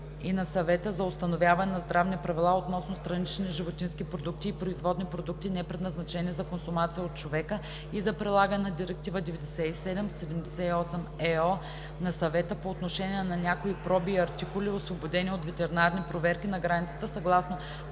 и на Съвета за установяване на здравни правила относно странични животински продукти и производни продукти, непредназначени за консумация от човека, и за прилагане на Директива 97/78/ЕО на Съвета по отношение на някои проби и артикули, освободени от ветеринарни проверки на границата съгласно